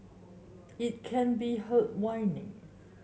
it can be heard whining